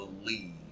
believe